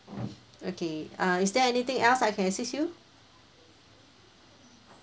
okay uh is there anything else I can assist you